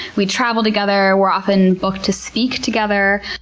we travel together. we're often booked to speak together.